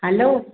hello